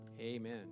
amen